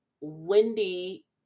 Wendy